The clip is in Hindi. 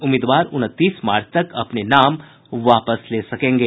उम्मीदवार उनतीस मार्च तक अपने नाम वापस ले सकेंगे